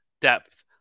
depth